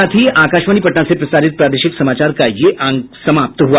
इसके साथ ही आकाशवाणी पटना से प्रसारित प्रादेशिक समाचार का ये अंक समाप्त हुआ